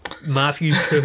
Matthew's